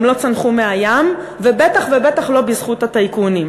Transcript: לא צנחו מהים ובטח ובטח לא בזכות הטייקונים.